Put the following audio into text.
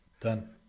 Done